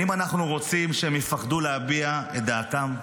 האם אנחנו רוצים שהם יפחדו להביע את דעתם?